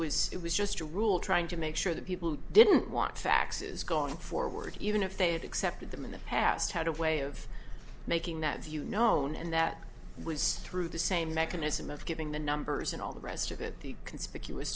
was it was just a rule trying to make sure that people who didn't want faxes going forward even if they had accepted them in the past had a way of making that view known and that was through the same mechanism of getting the numbers and all the rest of it the conspicuous